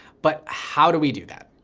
but how do we do that?